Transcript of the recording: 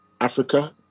Africa